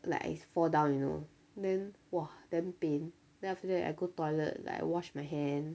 like I fall down you know then !wah! damn pain then after that I go toilet like I wash my hands